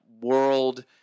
World